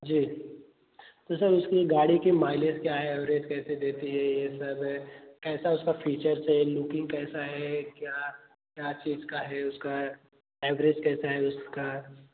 जी तो सर उसकी गाड़ी का माइलेज क्या है एवरेज कैसे देती है यह सब है कैसा उसका फीचर्स है लुकिन्ग कैसा है क्या क्या चीज़ का है उसका एवरेज कैसा है उसका